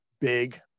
big